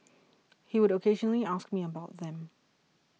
he would occasionally ask me about them